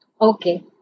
Okay